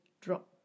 drop